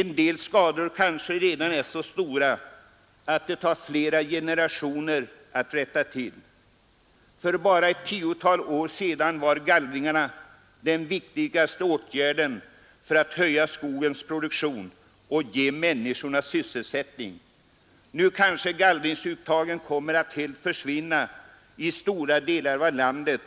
En del skador i skogen kanske redan är så stora att det tar flera generationer att rätta till dem. För bara ett tiotal år sedan var gallringarna den viktigaste åtgärden för att höja skogens produktion och ge människorna sysselsättning. Nu kanske gallringsuttagen kommer att helt försvinna i stora delar av landet